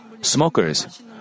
Smokers